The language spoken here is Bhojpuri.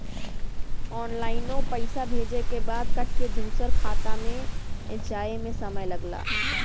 ऑनलाइनो पइसा भेजे के बाद कट के दूसर खाते मे जाए मे समय लगला